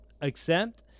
accept